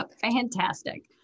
Fantastic